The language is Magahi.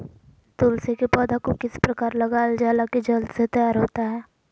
तुलसी के पौधा को किस प्रकार लगालजाला की जल्द से तैयार होता है?